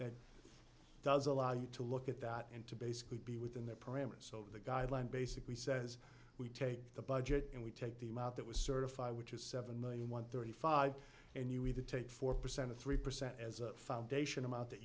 that does allow you to look at that and to basically be within the parameters so the guideline basically says we take the budget and we take the amount that was certified which is seven million one thirty five and you either take four percent or three percent as a foundation amount that